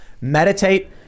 meditate